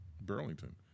Burlington